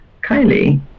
Kylie